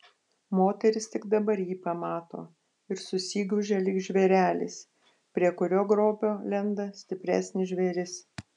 moteris tik dabar jį pamato ir susigūžia lyg žvėrelis prie kurio grobio lenda stipresnis žvėris